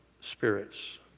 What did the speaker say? spirits